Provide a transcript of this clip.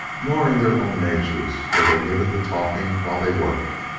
nor in their own natures were they given to talking while they worked.